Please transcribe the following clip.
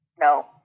no